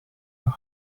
your